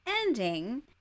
ending